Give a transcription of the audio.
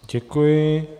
Děkuji.